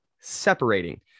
separating